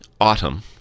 autumn